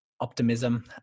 optimism